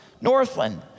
Northland